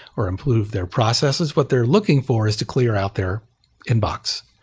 or improve their processes. what they're looking for is to clear out their inbox.